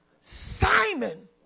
Simon